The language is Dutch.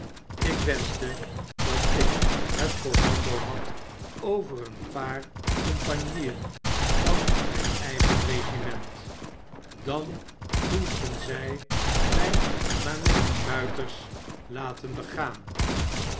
ik wenschtedat ik het commando had over een paar compagnieen van mijn eigen regiment dan moesten zij mij maar met die muiters laten begaan